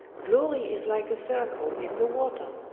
glory is like a circle in the water,